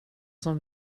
som